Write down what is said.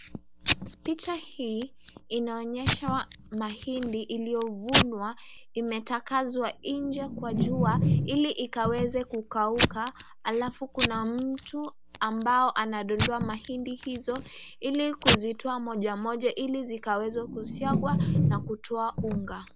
Picha hii inaonesha Mahindi iliyovunwa imetakazwa nje kwa jua ili ikaweze kukauka . Alafu Kuna mtu ambao anadondoa mahindi hizo ili kizitoa moja moja ili zikaweze kusagwa na kutoa unga.